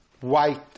white